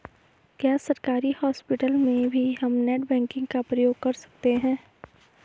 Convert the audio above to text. क्या सरकारी हॉस्पिटल में भी हम नेट बैंकिंग का प्रयोग कर सकते हैं?